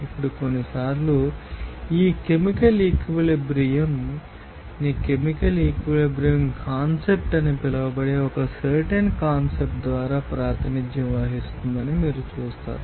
ఇప్పుడు కొన్నిసార్లు ఆ కెమికల్ ఈక్విలిబ్రియం ని కెమికల్ ఈక్విలిబ్రియం కాన్స్టెంట్ అని పిలువబడే ఒక సర్టెన్ కాన్స్టెంట్ ద్వారా ప్రాతినిధ్యం వహిస్తుందని మీరు చూస్తారు